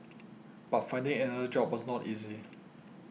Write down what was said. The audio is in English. but finding another job was not easy